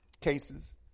cases